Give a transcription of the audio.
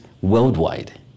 worldwide